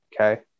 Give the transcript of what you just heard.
okay